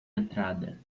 entrada